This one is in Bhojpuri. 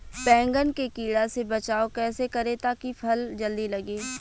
बैंगन के कीड़ा से बचाव कैसे करे ता की फल जल्दी लगे?